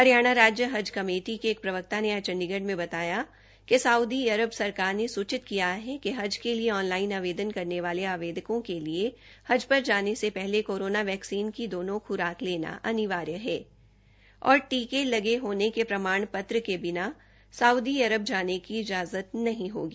हरियाणा राज्य हज कमेटी के एक प्रवक्ता ने आज चंडीगढ़ में बताया कि साउदी अरब सरकार ने सुचित किया है कि हज के लिए ऑनलाइन आवेदन करने वाले आवेदकों के लिए हज पर जाने से पहले कोरोना वैक्सीन की दोनों ख्राक लेना अनिवार्य है और टीके लगे होने के प्रमाण पत्र के बिना साउदी अरब जाने की इजाजत नहीं होगी